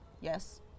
Yes